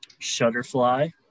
Shutterfly